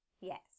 Yes